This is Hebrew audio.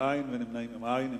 אין מתנגדים ואין נמנעים.